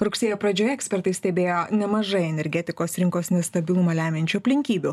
rugsėjo pradžioje ekspertai stebėjo nemažai energetikos rinkos nestabilumą lemiančių aplinkybių